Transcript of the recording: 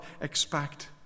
expect